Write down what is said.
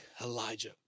Elijah